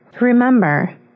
Remember